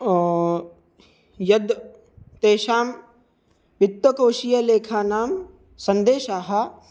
यत् तेषां वित्तकोषीयलेखानां सन्देशाः